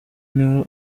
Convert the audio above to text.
niwe